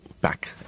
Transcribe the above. Back